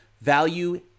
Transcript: value